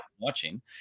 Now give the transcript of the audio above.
watching